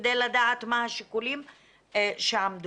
כדי לדעת מה השיקולים שעמדו.